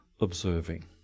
observing